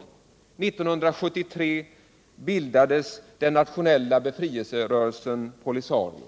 År 1973 bildades den nationella befrielserörelsen POLISARIO.